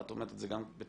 את אומרת את זה גם בתור